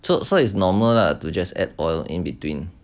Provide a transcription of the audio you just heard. so so it's normal lah to just add oil in between